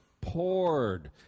poured